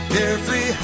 Carefree